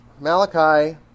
Malachi